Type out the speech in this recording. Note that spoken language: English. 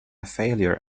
failure